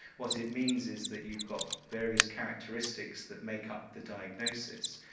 what it means is that you've got various characteristics that make up the diagnosis,